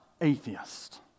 atheist